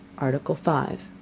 article five